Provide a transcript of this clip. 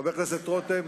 חבר הכנסת רותם,